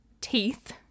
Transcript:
teeth